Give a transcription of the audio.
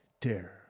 terror